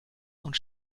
und